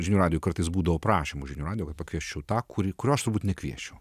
žinių radijui kartais būdavo prašymų žinių radijo kad pakviesčiau tą kuri kurio aš turbūt nekviesčiau